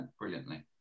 brilliantly